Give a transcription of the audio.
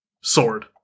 Sword